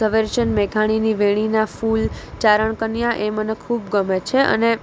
ઝવેરચંદ મેઘાણીની વેણીના ફૂલ ચારણ કન્યા એ મને ખૂબ ગમે છે અને